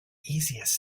easiest